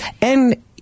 And-